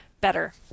better